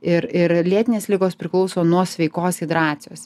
ir ir lėtinės ligos priklauso nuo sveikos hidracijos